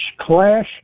clash